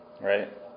right